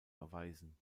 erweisen